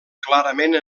clarament